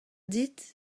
dit